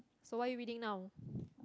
so what are you reading now